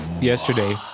Yesterday